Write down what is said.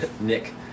Nick